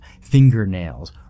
fingernails